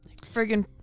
Friggin